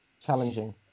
Challenging